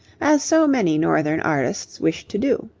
as so many northern artists wished to do.